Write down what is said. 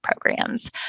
programs